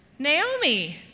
Naomi